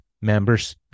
members